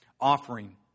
offering